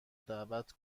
دعوت